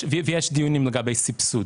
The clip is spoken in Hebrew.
יש דיונים לגבי סבסוד.